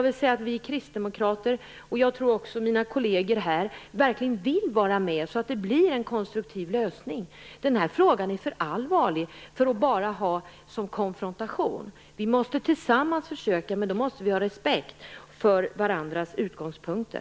Vi kristdemokrater - jag tror att det också gäller mina kolleger här - vill verkligen vara med, så att det blir en konstruktiv lösning. Denna fråga är för allvarlig för att bara användas för konfrontation. Tillsammans måste vi försöka göra något här, med respekt för varandras utgångspunkter!